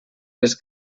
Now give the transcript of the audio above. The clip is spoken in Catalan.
les